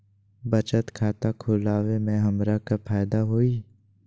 बचत खाता खुला वे में हमरा का फायदा हुई?